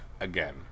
Again